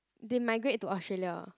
they migrate to Australia